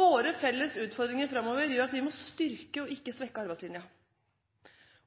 Våre felles utfordringer framover gjør at vi må styrke og ikke svekke arbeidslinja.